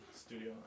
studio